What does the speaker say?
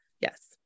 Yes